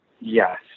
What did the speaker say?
Yes